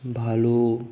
भालू